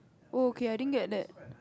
oh okay I didn't get that